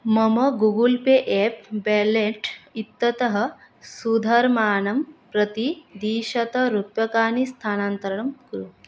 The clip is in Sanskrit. मम गुगुल् पे एप् वेलेट् इत्यतः सुधर्माणं प्रति द्विशतरुप्यकाणि स्थानान्तरणं कुरु